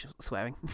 swearing